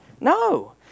No